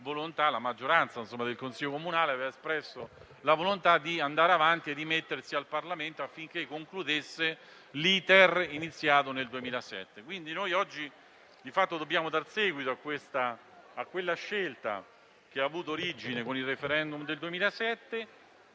maggioranza del Consiglio comunale, la volontà di andare avanti e di rimettersi al Parlamento affinché concludesse l'*iter* iniziato nel 2007. Noi oggi di fatto dobbiamo, quindi, dar seguito a quella scelta che ha avuto origine con il *referendum* del 2007